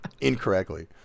Incorrectly